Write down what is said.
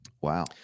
Wow